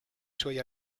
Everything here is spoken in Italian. suoi